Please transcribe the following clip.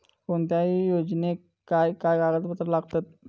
कोणत्याही योजनेक काय काय कागदपत्र लागतत?